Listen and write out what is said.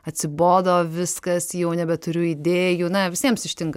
atsibodo viskas jau nebeturiu idėjų na visiems ištinka